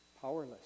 powerless